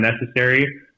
necessary